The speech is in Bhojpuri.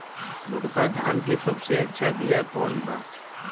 मोटका धान के सबसे अच्छा बिया कवन बा?